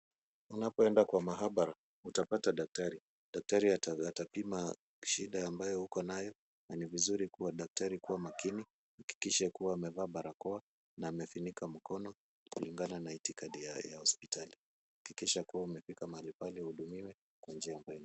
Unapoenda kwa maabara utapata daktari. Daktari atapima shida ambayo uko nayo na ni vizuri daktari kuwa makini. Hakikisha kuwa amevaa barakoa na amefunika mkono kulingana na itikadi ya hospitali. Hakikisha kuwa umefika mahali pale uhudumiwe kwa njia ambayo inafaa.